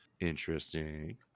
interesting